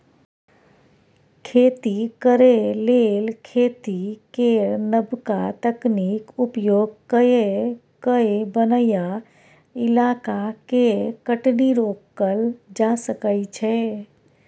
खेती करे लेल खेती केर नबका तकनीक उपयोग कए कय बनैया इलाका के कटनी रोकल जा सकइ छै